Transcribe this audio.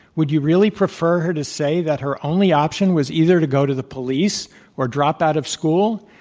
would you really prefer her to say that her only option was either to go to the police or drop out of school?